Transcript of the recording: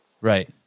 Right